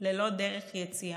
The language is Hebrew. ללא דרך יציאה,